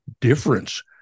difference